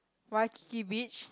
Waikiki beach